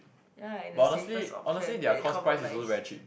ya and the safest option that is confirm nice